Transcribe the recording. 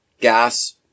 gas